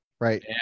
right